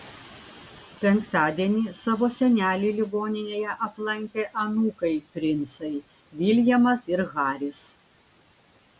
penktadienį savo senelį ligoninėje aplankė anūkai princai viljamas ir haris